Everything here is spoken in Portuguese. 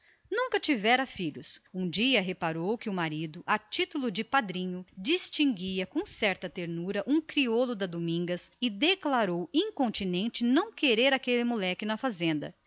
nunca tivera filhos um dia reparou que o marido a título de padrinho distinguia com certa ternura o crioulo da domingas e declarou logo que não admitia nem mais um instante aquele moleque na fazenda